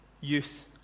Youth